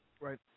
Right